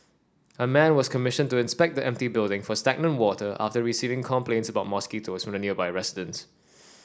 a man was commissioned to inspect the empty building for stagnant water after receiving complaints about mosquitoes from nearby residents